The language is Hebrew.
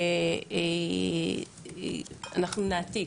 שאנחנו נעתיק.